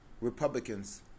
Republicans